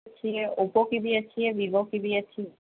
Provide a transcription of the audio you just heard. اچھی ہے اوپو کی بھی اچھی ہے ویوو کی بھی اچھی